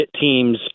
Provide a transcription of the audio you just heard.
teams